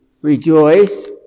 rejoice